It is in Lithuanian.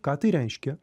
ką tai reiškia